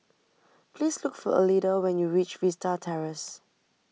please look for Alida when you reach Vista Terrace